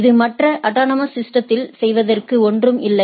இது மற்ற அட்டானமஸ் சிஸ்டதில்செய்வதற்கு ஒன்றும் இல்லை